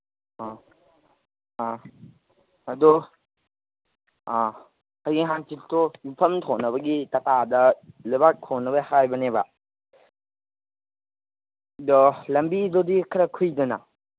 ꯑ ꯑ ꯑꯗꯨ ꯑ ꯑꯩꯒꯤ ꯍꯥꯡꯆꯤꯠꯇꯣ ꯌꯨꯝꯐꯝ ꯊꯣꯟꯅꯕꯒꯤ ꯇꯇꯥꯗ ꯂꯩꯕꯥꯛ ꯍꯣꯟꯅꯕꯒꯤ ꯍꯥꯏꯕꯅꯦꯕ ꯑꯗꯣ ꯂꯝꯕꯤꯗꯨꯗꯤ ꯈꯔ ꯈꯨꯏꯗꯅ